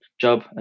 job